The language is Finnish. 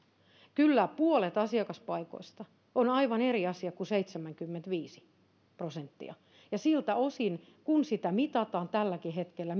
kyllä puolet asiakaspaikoista on aivan eri asia kuin seitsemänkymmentäviisi prosenttia siltä osin kun mitataan tälläkin hetkellä